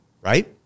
right